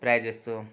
प्रायः जस्तो